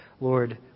Lord